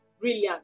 brilliant